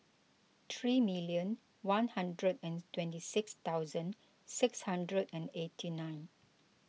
three million one hundred and twenty six thousand six hundred and eighty nine